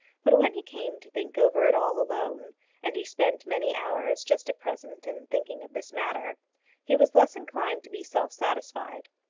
but when he came to think over it all alone and he spent many hours just at present in thinking of this matter he was less inclined to be self-satisfied.